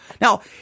Now